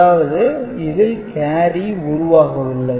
அதாவது இதில் கேரி உருவாகவில்லை